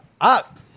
up